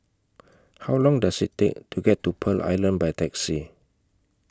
How Long Does IT Take to get to Pearl Island By Taxi